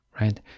Right